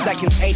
Seconds